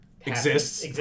exists